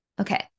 Okay